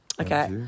Okay